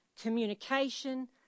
communication